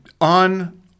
on